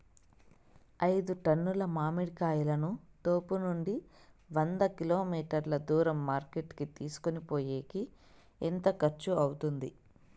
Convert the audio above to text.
ఐదు టన్నుల మామిడి కాయలను తోపునుండి వంద కిలోమీటర్లు దూరం మార్కెట్ కి తీసుకొనిపోయేకి ఎంత ఖర్చు అవుతుంది?